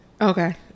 Okay